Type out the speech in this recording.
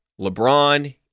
LeBron